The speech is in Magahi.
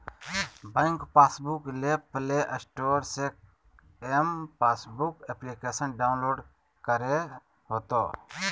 बैंक पासबुक ले प्ले स्टोर से एम पासबुक एप्लिकेशन डाउनलोड करे होतो